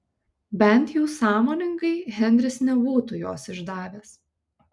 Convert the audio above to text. bent jau sąmoningai henris nebūtų jos išdavęs